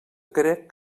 crec